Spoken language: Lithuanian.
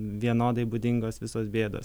vienodai būdingos visos bėdos